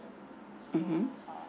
mmhmm